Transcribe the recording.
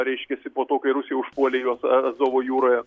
reiškiasi po to kai rusai užpuolė juos azovo jūroje